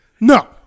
No